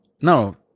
no